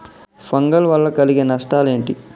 Fungal వల్ల కలిగే నష్టలేంటి?